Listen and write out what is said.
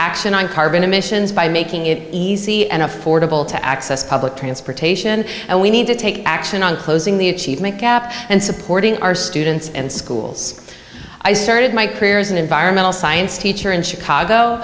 action on carbon emissions by making it easy and affordable to access public transportation and we need to take action on closing the achievement gap and supporting our students and schools i started my career as an environmental science teacher in chicago